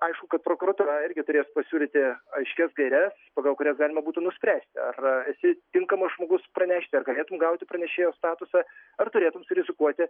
aišku kad prokuratūra irgi turės pasiūlyti aiškias gaires pagal kurias galima būtų nuspręsti ar esi tinkamas žmogus pranešti ar galėtum gauti pranešėjo statusą ar turėtum surizikuoti